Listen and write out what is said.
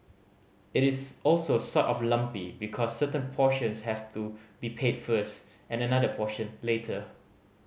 it is also sort of lumpy because certain portions have to be paid first and another portion later